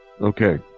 Okay